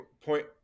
point